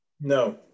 No